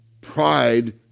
Pride